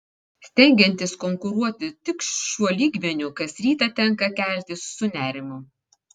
stengiantis konkuruoti tik šiuo lygmeniu kas rytą tenka keltis su nerimu